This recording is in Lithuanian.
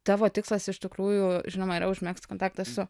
tavo tikslas iš tikrųjų žinoma yra užmegzti kontaktą su